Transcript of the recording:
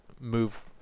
move